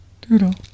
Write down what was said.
Doodle